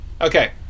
Okay